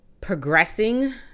progressing